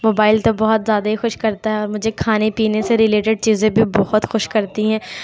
mobile تو بہت زیادہ ہی خوش کرتا ہے اور مجھے کھانے پینے سے ریلیٹیڈ چیزیں بھی بہت خوش کرتی ہیں